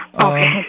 Okay